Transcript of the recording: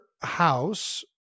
House